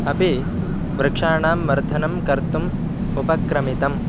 अपि वृक्षाणां वर्धनं कर्तुम् उपक्रमितम्